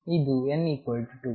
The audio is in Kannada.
ಇದು n 2